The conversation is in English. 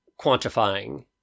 quantifying